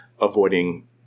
avoiding